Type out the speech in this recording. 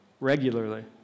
regularly